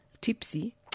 Tipsy